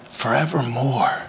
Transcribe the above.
forevermore